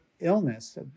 illness